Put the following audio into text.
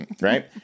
right